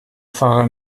fahrer